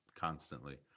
constantly